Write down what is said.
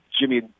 Jimmy